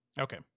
okay